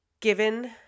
given